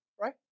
right